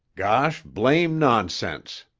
gosh blame nonsense,